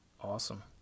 Awesome